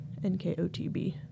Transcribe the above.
NKOTB